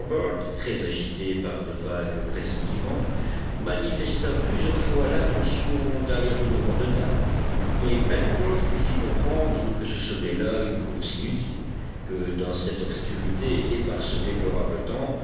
très agité par de vagues pressentiments manifesta plusieurs fois l'intention d'aller au-devant de nab mais pencroff lui fit comprendre que ce serait là une course inutile que dans cette obscurité et par ce déplorable temps